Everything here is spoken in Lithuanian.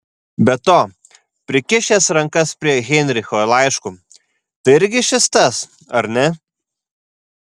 be to prikišęs rankas prie heinricho laiškų tai irgi šis tas ar ne